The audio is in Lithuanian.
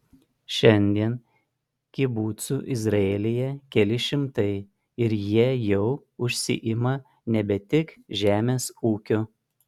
šiandien kibucų izraelyje keli šimtai ir jie jau užsiima nebe tik žemės ūkiu